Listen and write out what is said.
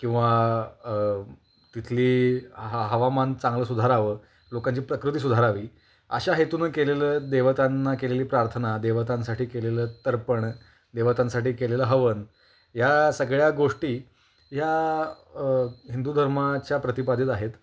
किंवा तिथली हा हवामान चांगलं सुधारावं लोकांची प्रकृती सुधारावी अशा हेतूनं केलेलं देवतांना केलेली प्रार्थना देवतांसाठी केलेलं तर्पण देवतांसाठी केलेलं हवन ह्या सगळ्या गोष्टी ह्या हिंदू धर्माच्या प्रतिपादित आहेत